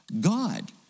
God